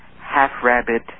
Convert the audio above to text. half-rabbit